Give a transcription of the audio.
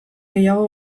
gehiago